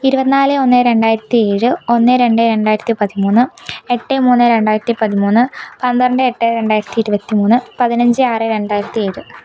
ഇരുപത്തി നാല് ഒന്ന് രണ്ടായിരത്തി ഏഴ് ഒന്ന് രണ്ട് രണ്ടായിരത്തി പതിമൂന്ന് എട്ട് മൂന്ന് രണ്ടായിരത്തി പതിമൂന്ന് പന്ത്രണ്ട് എട്ട് രണ്ടായിരത്തി ഇരുപത്തി മൂന്ന് പതിനഞ്ച് ആറ് രണ്ടായിരത്തി ഏഴ്